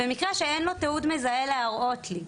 במקרה שאין לו תיעוד מזהה להראות לי.